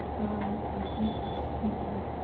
eye, and a paintbrush equally.